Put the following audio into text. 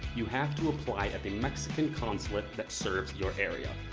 you have to apply at the mexican consulate that serves your area.